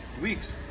weeks